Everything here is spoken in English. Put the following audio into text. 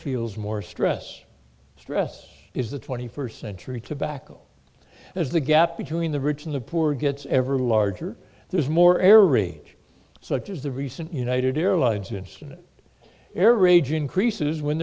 feels more stress stress is the twenty first century tobacco as the gap between the rich and the poor gets ever larger there's more air rage such as the recent united airlines incident air rage increases when